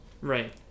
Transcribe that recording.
Right